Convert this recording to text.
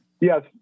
Yes